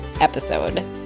episode